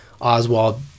Oswald